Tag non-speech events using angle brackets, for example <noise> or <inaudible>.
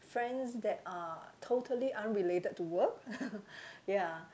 friends that are totally unrelated to work <laughs> ya